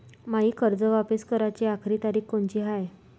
मायी कर्ज वापिस कराची आखरी तारीख कोनची हाय?